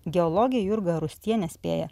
geologė jurga arustienė spėja